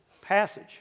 passage